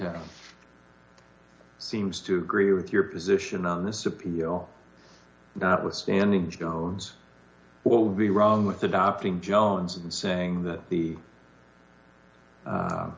isn't seems to agree with your position on this appeal notwithstanding jones well be wrong with adopting jones and saying that the